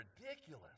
ridiculous